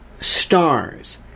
stars